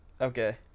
Okay